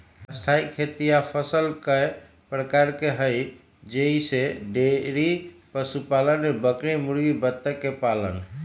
स्थाई खेती या फसल कय प्रकार के हई जईसे डेइरी पशुपालन में बकरी मुर्गी बत्तख के पालन